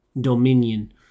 dominion